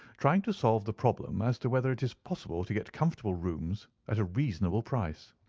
trying to solve the problem as to whether it is possible to get comfortable rooms at a reasonable price.